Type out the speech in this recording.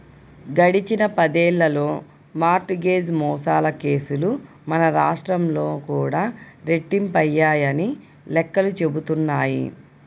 గడిచిన పదేళ్ళలో mortgage మోసాల కేసులు మన రాష్ట్రంలో కూడా రెట్టింపయ్యాయని లెక్కలు చెబుతున్నాయి